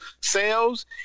sales